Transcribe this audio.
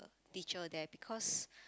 teacher there because